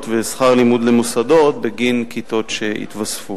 ושכר-לימוד למוסדות בגין כיתות שיתווספו,